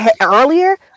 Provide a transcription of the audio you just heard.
earlier